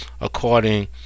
according